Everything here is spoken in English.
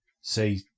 say